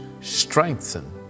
strengthen